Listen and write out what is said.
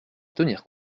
tenir